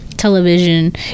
television